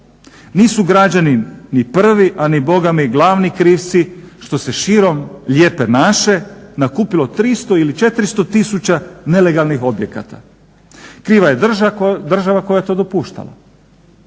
Nisu građani ni prvi a ni bogami glavni krivci što se širom Lijepe naše nakupilo 300 ili 400 tisuća nelegalnih objekata. Kriva je dražva koja je to dopuštala,